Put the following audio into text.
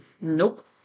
Nope